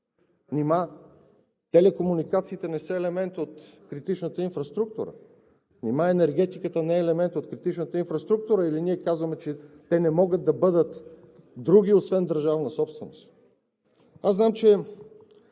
Нима телекомуникациите не са елемент от критичната инфраструктура?! Нима енергетиката не е елемент от критичната инфраструктура или ние казваме, че те не могат да бъдат други освен държавна собственост? Аз знам, че